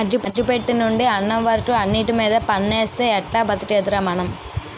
అగ్గి పెట్టెనుండి అన్నం వరకు అన్నిటిమీద పన్నేస్తే ఎట్టా బతికేదిరా మనం?